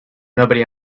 nobody